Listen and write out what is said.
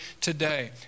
today